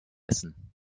essen